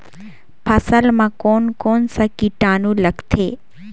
फसल मा कोन कोन सा कीटाणु लगथे?